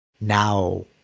now